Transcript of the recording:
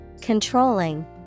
controlling